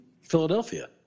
Philadelphia